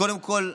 קודם כול,